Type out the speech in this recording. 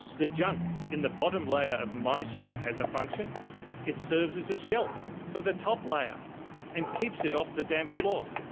the junk in the bottom layer of my shed has a function it serves as a shelf for the top layer and keeps it off the damp floor.